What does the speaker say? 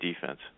defense